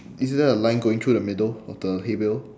is there a line going through the middle of the hay bale